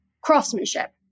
craftsmanship